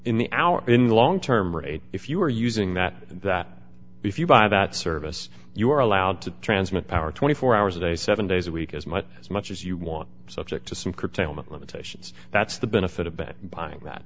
in the hour in the long term rate if you are using that that if you buy that service you are allowed to transmit power twenty four hours a day seven days a week as much as much as you want subject to some curtailment limitations that's the benefit have been buying that